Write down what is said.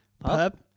pub